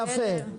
יפה.